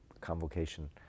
convocation